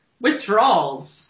Withdrawals